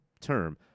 term